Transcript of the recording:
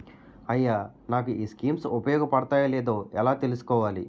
అయ్యా నాకు ఈ స్కీమ్స్ ఉపయోగ పడతయో లేదో ఎలా తులుసుకోవాలి?